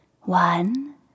One